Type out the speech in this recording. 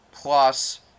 Plus